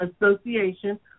Association